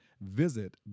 Visit